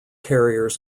carriers